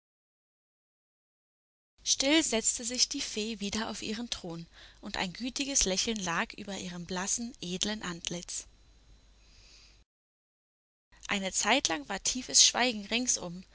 still setzte sich die fee wieder auf ihren thron und ein gütiges lächeln lag über ihrem blassen edlen antlitz eine zeitlang war tiefes schweigen ringsum